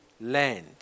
land